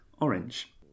Orange